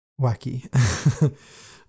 wacky